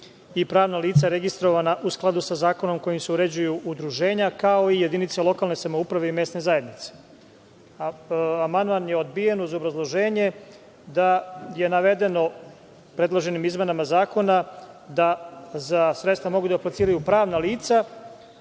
i pravna lica registrovana u skladu sa zakonom kojim se uređuju udruženja kao i jedinice lokalne samouprave i mesne zajednice. Amandman je odbijen uz obrazloženje da je navedeno predloženim izmenama zakona da za sredstva mogu da apliciraju pravna lica